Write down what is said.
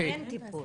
אז אין טיפול.